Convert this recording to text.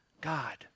God